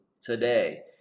today